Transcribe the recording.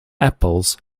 apples